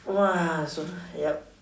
!wah! so yup